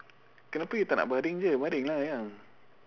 kenapa you tak nak baring je baring lah sayang